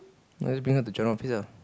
then I just bring her to general office lah